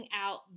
out